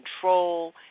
control